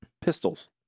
pistols